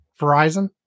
Verizon